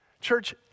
Church